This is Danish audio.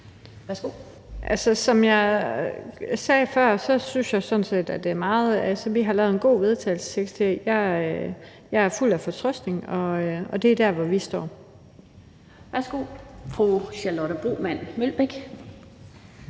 (S): Som jeg sagde før, synes jeg sådan set, at vi har lavet en god vedtagelsestekst. Jeg er fuld af fortrøstning, og det er der, hvor vi står. Kl.